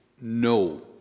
no